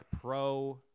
pro